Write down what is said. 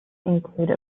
include